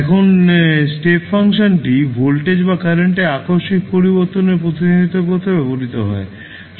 এখন স্টেপ ফাংশনটি ভোল্টেজ বা কারেন্টের আকস্মিক পরিবর্তনের প্রতিনিধিত্ব করতে ব্যবহৃত হয়